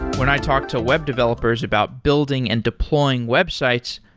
when i talk to web developers about building and deploying websites,